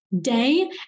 day